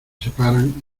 separan